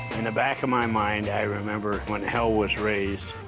in the back of my mind, i remember, when hell was raised,